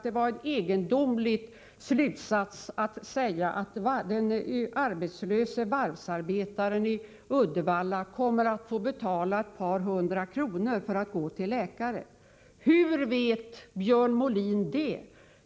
Det var en egendomlig slutsats Björn Molin, att den arbetslöse varvsarbetaren i Uddevalla kommer att få betala ett par hundra kronor extra för att gå till läkare. Hur vet Björn Molin det?